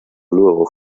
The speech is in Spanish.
luego